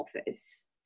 Office